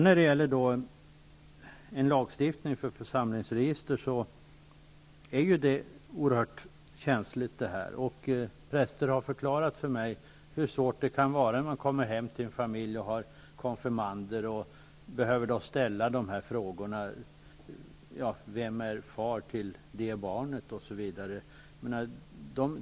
Frågan om en lagstiftning om församlingsregister berör oerhört känsliga frågor. Präster har förklarat för mig hur svårt det kan vara när de kommer hem till en familj med en konfirmand och behöver ställa frågor om vem som är far till barnet osv.